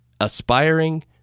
aspiring